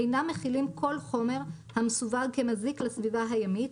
אינם מכילים כל חומר המסווג כמזיק לסביבה הימית,